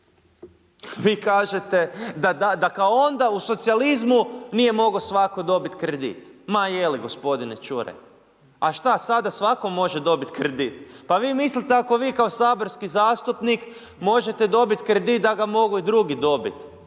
da, da, da kao onda u socijalizmu nije mogao svatko dobiti kredit. Ma je li gospodine Čuraj? A šta, sada svatko može dobiti kredit? Pa vi mislite ako vi kao saborski zastupnik možete dobiti kredit da ga mogu i drugi dobiti.